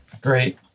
Great